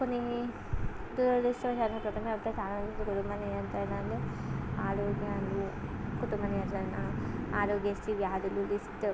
కొన్ని దురదృష్టమైన సంఘటనలతో చాలామంది కుటుంబ నియంత్రణను ఆరోగ్య కుటుంబ నియంత్రణ ఆరోగ్యశ్రీ వ్యాధులు లిస్ట్